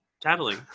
tattling